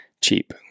cheap